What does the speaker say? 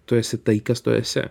tu esi tai kas tu esi